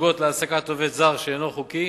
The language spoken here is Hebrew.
הנוגעות להעסקת עובד זר שאינו חוקי,